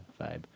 vibe